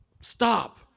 stop